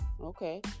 Okay